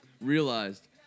realized